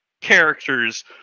characters